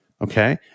Okay